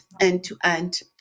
end-to-end